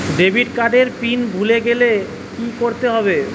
Debit card এর pin ভুলে গেলে কি করতে হবে?